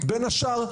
בין השאר,